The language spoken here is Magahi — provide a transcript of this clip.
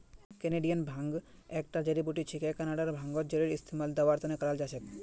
कैनेडियन भांग एकता जड़ी बूटी छिके कनाडार भांगत जरेर इस्तमाल दवार त न कराल जा छेक